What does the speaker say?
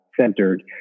centered